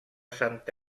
sant